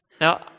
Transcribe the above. Now